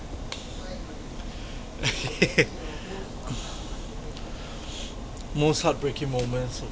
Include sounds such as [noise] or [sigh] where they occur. [laughs] most heartbreaking moments